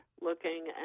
looking